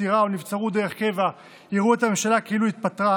פטירה או נבצרות דרך קבע יראו את הממשלה כאילו התפטרה,